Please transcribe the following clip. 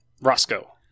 Roscoe